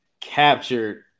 Captured